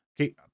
Okay